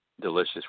delicious